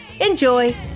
Enjoy